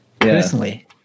personally